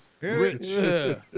Rich